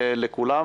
לכולם.